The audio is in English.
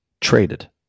traded